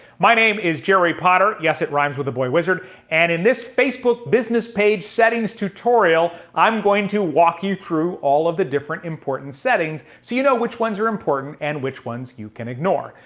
my name is jerry potter. yes, it rhymes with the boy wizard and in this facebook business page settings tutorial, i'm going to walk you through all of the different important settings so you know which ones are important and which ones you can ignore.